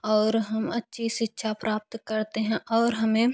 और हम अच्छी शिक्षा प्राप्त करते हैं और हमें